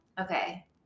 Okay